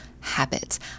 habits